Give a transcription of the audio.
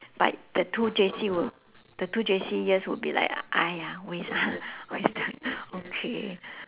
but the two J_C will the two J_C years will be like !aiya! waste ah wasted okay